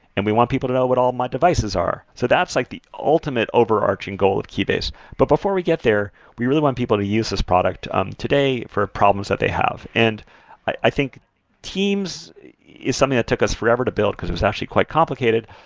and we want people to know what all of my devices are so that's like the ultimate overarching goal with keybase. but before we get there, we really want people to use this product um today for problems that they have. and i think teams is something that took us forever to build, because it was actually quite complicated.